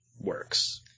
works